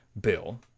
bill